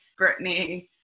Britney